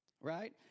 Right